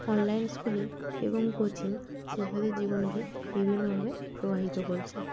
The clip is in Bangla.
অনলাইন স্কুলিং এবং কোচিং শিশুদের জীবনকে বিভিন্নভাবে প্রভাহিত করছে